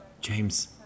James